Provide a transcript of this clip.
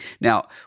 Now